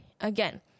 again